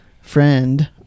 friend